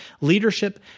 leadership